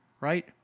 Right